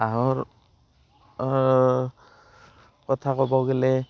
কাঁহৰ কথা ক'ব গ'লে